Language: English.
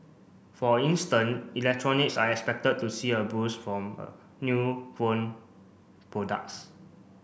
for instance electronics are expected to see a boost from a new phone products